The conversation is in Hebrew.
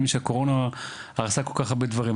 אני מבין שהקורונה הרסה כל כך הרבה דברים,